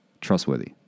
trustworthy